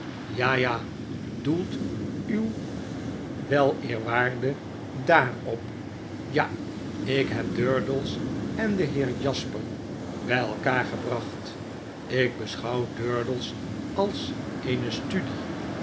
ja ja doelt uw weleerwaarde dar op ja ik heb durdels en den heer jasper by elkander gebracht ik beschouw durdels als eene studie